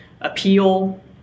appeal